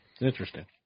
Interesting